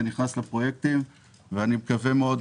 זה נכנס לפרויקטים ואני מקווה מאוד,